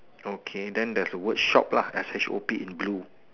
okay then there's a word shop lah S H O P in blue